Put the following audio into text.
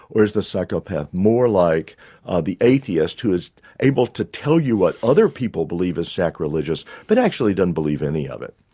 or is the psychopath more like the atheist who is able to tell you what other people believe is sacrilegious but actually doesn't believe any of it?